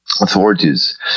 authorities